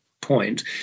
point